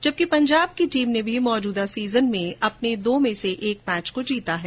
जबकि पंजाब की टीम ने भी मौजूदा सीजन में अपने दो में से एक मैच को जीता है